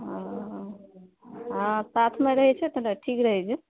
हँ साथमे रहए छै ने तऽ ठीक रहए छै